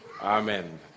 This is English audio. Amen